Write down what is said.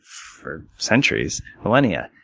for centuries, millennia.